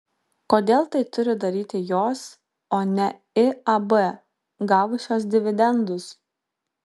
kodėl tai turi daryti jos o ne iab gavusios dividendus